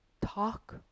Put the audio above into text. talk